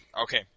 okay